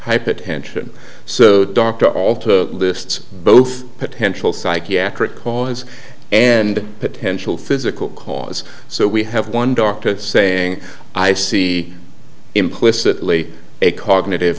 hypertension so dr all to lists both potential psychiatric cause and potential physical cause so we have one doctor saying i see implicitly a cognitive